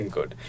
Good